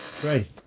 Great